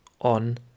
on